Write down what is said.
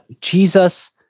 Jesus